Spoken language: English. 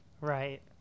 Right